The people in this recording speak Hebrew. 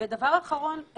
והדבר האחרון,